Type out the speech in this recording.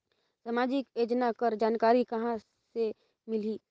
समाजिक योजना कर जानकारी कहाँ से मिलही?